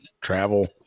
travel